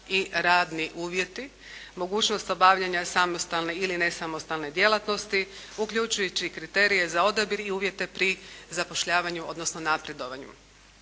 i radni uvjeti, mogućnost obavljanja samostalne ili nesamostalne djelatnosti, uključujući i kriterije za odabir i uvjete pri zapošljavanju, odnosno napredovanju.